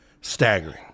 staggering